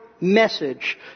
Message